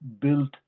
built